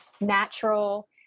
natural